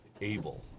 able